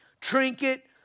trinket